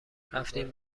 رفتیم